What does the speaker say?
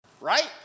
Right